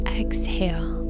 exhale